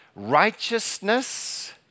Righteousness